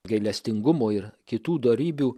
gailestingumo ir kitų dorybių